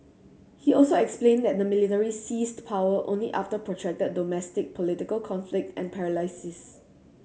he also explained that the military seized power only after protracted domestic political conflict and paralysis